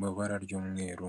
mu ibara ry'umweru.